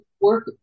work